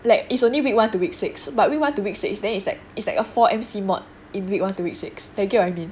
like it's only week one to week six but week one to week six then it's like it's like a four M_C module in week one to week six than get what I mean